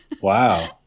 Wow